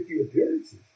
appearances